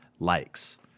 likes